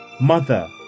Mother